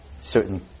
certain